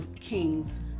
Kings